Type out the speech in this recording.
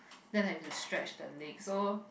then I have to stretch the leg so